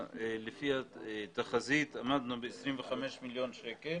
- לפי התחזית ועמדנו בה 25 מיליון שקלים